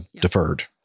deferred